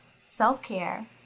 self-care